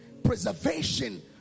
preservation